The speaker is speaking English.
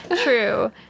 True